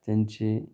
त्यांचे